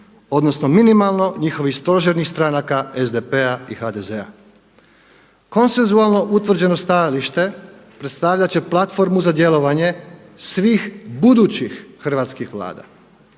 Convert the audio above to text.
odnosno minimalno njihovih stožernih stranaka SDP-a i HDZ-a. Konsenzualno utvrđeno stajalište predstavljat će platformu za djelovanje svih budućih hrvatskih Vlada.